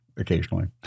Occasionally